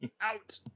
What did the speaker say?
Out